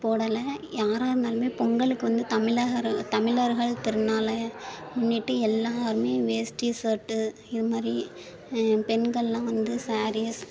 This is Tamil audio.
போடலை யாராகருந்தாலுமே பொங்கலுக்கு வந்து தமிழகர தமிழர்கள் திருநாளை முன்னிட்டு எல்லோருமே வேஷ்டி சர்ட்டு இது மாதிரி பெண்களாம் வந்து சேரீஸ்